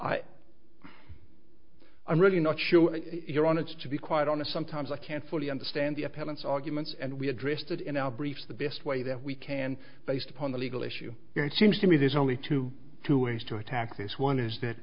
y i'm really not sure you're honest to be quite honest sometimes i can't fully understand the appellants arguments and we had drifted in our briefs the best way that we can based upon the legal issue here it seems to me there's only two two is to attack this one is that